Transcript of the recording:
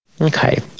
Okay